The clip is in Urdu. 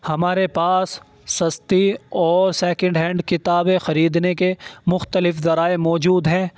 ہمارے پاس سستی اور سیکنڈ ہینڈ کتابیں خریدنے کے مختلف ذرائع موجود ہیں